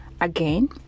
again